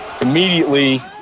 immediately